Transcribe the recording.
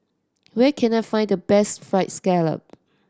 where can I find the best Fried Scallop